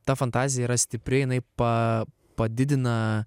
ta fantazija yra stipri jinai pa padidina